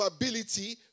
ability